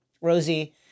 Rosie